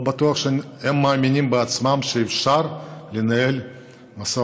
לא בטוח שהם מאמינים בעצמם שאפשר לנהל משא